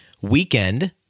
weekend